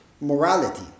morality